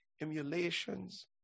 emulations